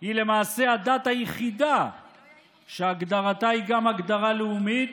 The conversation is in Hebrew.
היא למעשה הדת היחידה שהגדרתה היא גם הגדרה לאומית,